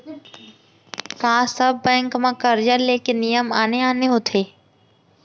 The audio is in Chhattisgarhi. का सब बैंक म करजा ले के नियम आने आने होथे?